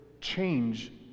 change